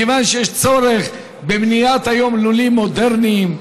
כיוון שיש צורך בבניית לולים מודרניים,